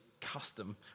custom